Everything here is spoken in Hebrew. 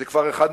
זה כבר 1.5,